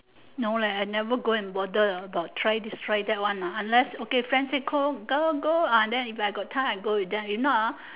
no leh I never go and bother about try this try that one ah unless okay friend say go go go ah then if got time I go with them if not ah